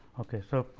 ok. so,